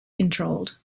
controlled